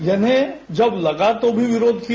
यानि जब लगा तो भी विरोध किया